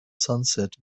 sunset